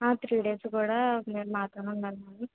ఆ three days కూడా మీరు మాతో ఉండాలి మేడం